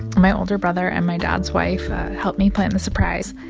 my older brother and my dad's wife helped me plan the surprise.